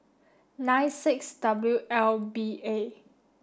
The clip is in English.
nine six W L B A